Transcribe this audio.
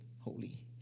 holy